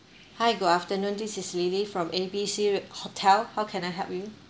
hi good afternoon this is lily from A B C re~ hotel how can I help you